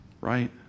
right